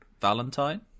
valentine